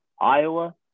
Iowa